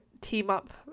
team-up